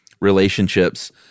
relationships